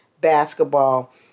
basketball